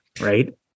right